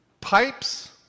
Pipes